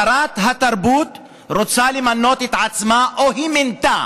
שרת התרבות רוצה למנות את עצמה או מינתה